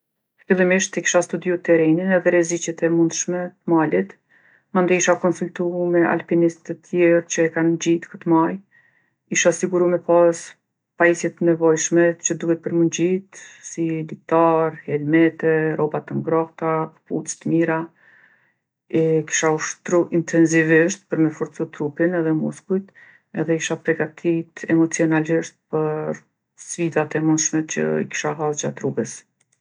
Fillimisht e kisha studiju terrenin edhe rreziqet e mundshme t'malit. Mandej isha konsultu me alpinistë të tjerë që e kanë ngjitë këtë majë. Isha siguru me pasë pajisje t'nevojshme që duhet për mu ngjitë, si litarë, helmete, rroba të ngrohta, kpucë t'mira. Kisha ushtru intenzivisht për me forcu trupin edhe muskujt edhe isha pregatitë emocionalisht për sfidat e mundshme që i kisha has gjatë rruges.